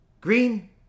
Green